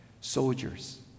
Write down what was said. soldiers